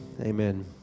Amen